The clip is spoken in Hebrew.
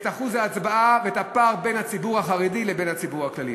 אחוז ההצבעה ואת הפער בין הציבור החרדי לבין הציבור הכללי.